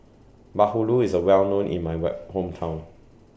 Bahulu IS A Well known in My Hometown